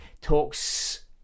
talks